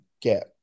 get